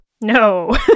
No